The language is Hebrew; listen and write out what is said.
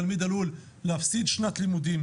תלמיד עלול להפסיד שנת לימודים.